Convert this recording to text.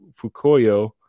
Fukuyo